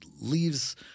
leaves